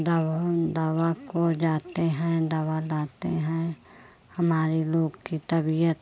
दावन दवा को जाते हैं दवा लाते हैं हमारे लोग की तबीयत